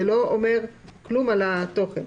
זה לא אומר כלום על התוכן.